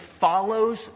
follows